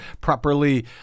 properly